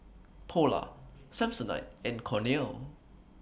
Polar Samsonite and Cornell